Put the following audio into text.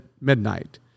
midnight